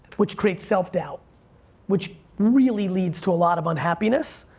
which creates self doubt which really leads to a lot of unhappiness.